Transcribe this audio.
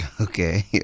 Okay